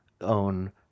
own